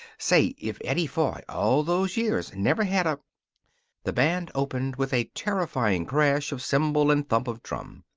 say, if eddie foy, all those years never had a the band opened with a terrifying clash of cymbal and thump of drum.